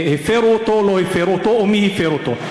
הפרו אותו או לא הפרו אותו או מי הפר אותו.